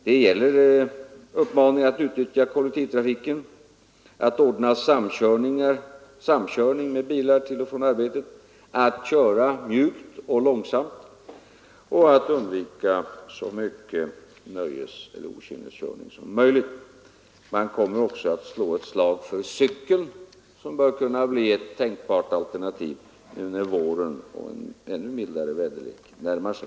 Folk kommer att uppmanas att utnyttja kollektivtrafiken, att ordna samkörning med bilar till och från arbetet, att köra mjukt och långsamt och att så mycket som möjligt undvika nöjeseller okynneskörning. Man kommer också att slå ett slag för cykeln, som bör kunna bli ett tänkbart alternativ nu när våren och ännu mildare väder närmar sig.